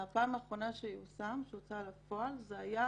הפעם האחרונה שיושם, שיצא לפועל זה היה